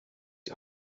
die